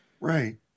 Right